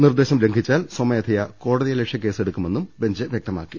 നിർദ്ദേശം ലംഘിച്ചാൽ സ്വമേധയാ കോടതിയലക്ഷ്യ കേസെ ടുക്കുമെന്നും ബെഞ്ച് വ്യക്തമാക്കി